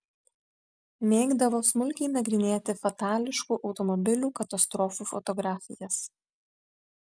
mėgdavo smulkiai nagrinėti fatališkų automobilių katastrofų fotografijas